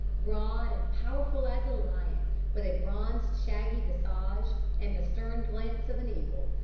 broad and powerful as a lion, with a bronzed shaggy visage and the stern glance of an eagle,